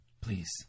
Please